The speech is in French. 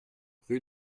rue